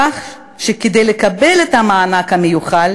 כך שכדי לקבל את המענק המיוחל